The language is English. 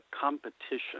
competition